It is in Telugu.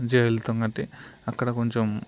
మంచిగా వెళ్తాము కాబట్టి అక్కడ కొంచెం